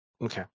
Okay